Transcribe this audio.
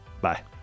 Bye